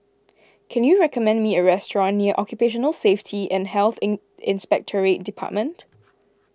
can you recommend me a restaurant near Occupational Safety and Health in Inspectorate Department